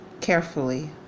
carefully